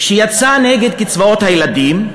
שיצא נגד קצבאות הילדים,